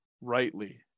rightly